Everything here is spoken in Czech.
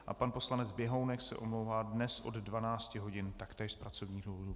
A pan poslanec Běhounek se omlouvá dnes od 12 hodin taktéž z pracovních důvodů.